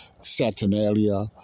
Saturnalia